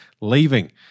leaving